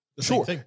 Sure